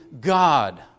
God